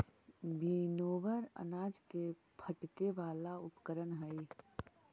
winnower अनाज के फटके वाला उपकरण हई